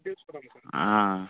ఏంటి షెడ్ వేసుకోడానికా